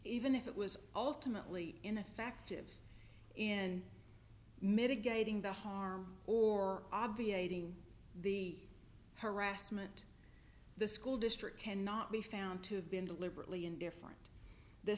even if it was ultimately ineffective in mitigating the harm or obviating the harassment the school district cannot be found to have been deliberately indifferent the